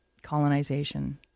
colonization